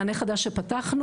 מענה חדש שפתחנו,